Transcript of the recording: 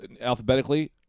alphabetically